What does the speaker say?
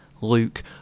Luke